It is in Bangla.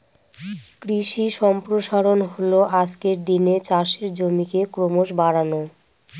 কৃষি সম্প্রসারণ হল আজকের দিনে চাষের জমিকে ক্রমশ বাড়ানো